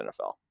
NFL